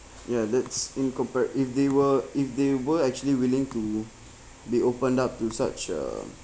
ya that's in compared if they were if they were actually willing to be opened up to such a